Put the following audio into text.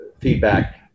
feedback